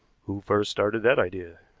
who first started that idea?